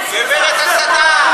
גברת הסתה,